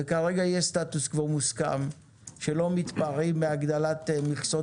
וכרגע יש סטטוס קוו מוסכם שלא מתפרעים בהגדלת מכסות